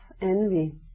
envy